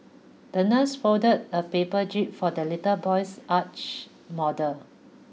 the nurse folded a paper jib for the little boy's yacht model